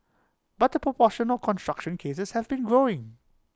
but the proportion of construction cases has been growing